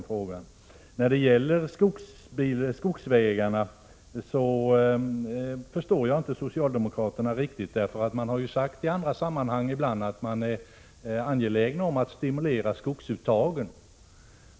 I fråga om skogsvägarna förstår jag inte socialdemokraterna riktigt. Man har i andra sammanhang ibland sagt sig vara angelägen om att stimulera skogsuttagen.